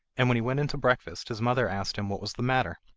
and when he went in to breakfast his mother asked him what was the matter.